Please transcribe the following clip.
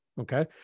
okay